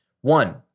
one